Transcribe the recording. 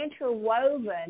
interwoven